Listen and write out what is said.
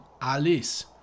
Alice